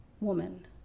woman